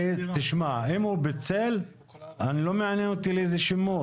אם הוא פיצל, לא מעניין לאיזה שימוש.